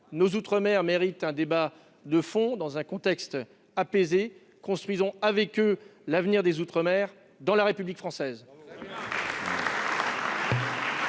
nos outre-mer méritent un débat de fond, dans un contexte apaisé. Construisons avec eux leur avenir dans la République française